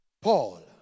Paul